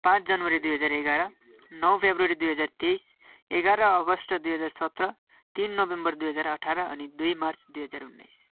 पाँच जनवरी दुई हजार एघार नौ फेब्रुअरी दुई हजार तेइस एघार अगस्त दुई हजार सत्र तिन नोभेम्बर दुई हजार अठार अनि दुई मार्च दुई हजार उन्नाइस